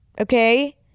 okay